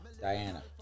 Diana